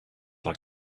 like